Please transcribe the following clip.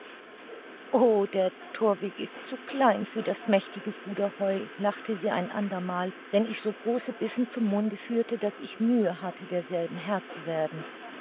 o der thorweg ist zu klein für das mächtige fuder heu lachte sie ein andermal wenn ich so große bissen zum munde führte daß ich mühe hatte derselben herr zu werden